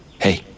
Hey